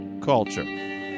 Culture